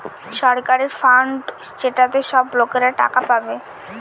সরকারের ফান্ড যেটাতে সব লোকরা টাকা পাবে